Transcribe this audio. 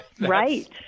right